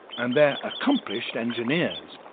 and they are accomplished engineers.